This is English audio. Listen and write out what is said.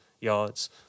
yards